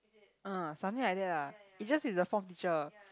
um something like that lah it's just is the form teacher